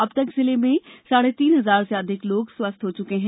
अब तक जिले में साढ़े तीन हजार से अधिक लोग स्वस्थ हो चुके हैं